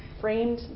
framed